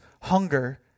hunger